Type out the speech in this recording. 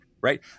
right